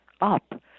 up